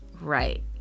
Right